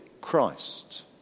Christ